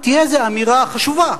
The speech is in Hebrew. תהיה איזו אמירה, חשובה,